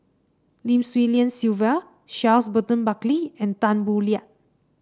Lim Swee Lian Sylvia Charles Burton Buckley and Tan Boo Liat